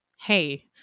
Hey